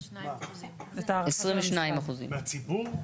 22%. מהציבור?